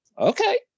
okay